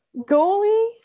Goalie